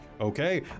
Okay